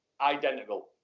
identical